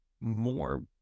more